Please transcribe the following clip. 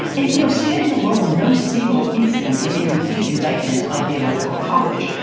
and you know, standing alone, no single incident is a complete indictment of the electoral college.